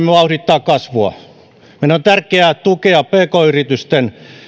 vauhdittaa kasvua meidän on tärkeää tukea pk yritysten